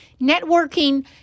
Networking